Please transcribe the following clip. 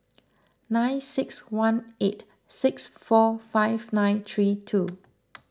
nine six one eight six four five nine three two